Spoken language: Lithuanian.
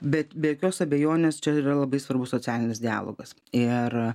bet be jokios abejonės čia yra labai svarbus socialinis dialogas ir